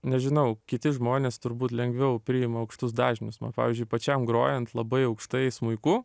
nežinau kiti žmonės turbūt lengviau priima aukštus dažnius man pavyzdžiui pačiam grojant labai aukštai smuiku